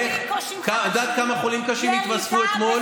את יודעת כמה חולים קשים התווספו אתמול?